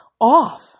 off